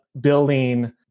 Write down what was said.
building